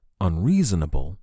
unreasonable